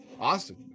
Awesome